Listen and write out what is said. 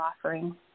offering